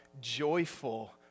joyful